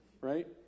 Right